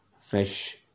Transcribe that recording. fresh